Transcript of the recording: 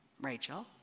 Rachel